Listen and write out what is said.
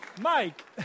Mike